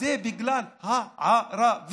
זה בגלל הערבים.